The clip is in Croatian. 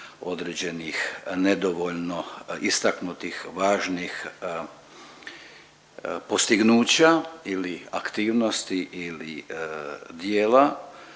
određenih nedovoljno istaknutih važnih postignuća ili aktivnosti ili djela.